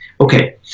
okay